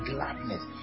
Gladness